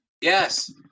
Yes